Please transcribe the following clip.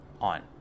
on